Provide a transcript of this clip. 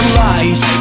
lies